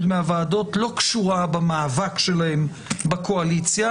מהוועדות לא קשורה במאבק שלהם בקואליציה,